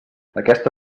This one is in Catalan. aquesta